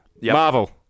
Marvel